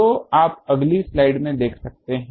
तो आप अगली स्लाइड में देख सकते हैं